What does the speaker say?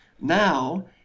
now